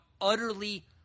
utterly